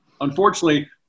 unfortunately